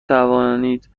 توانید